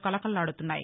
కళకళలాడుతున్నాయి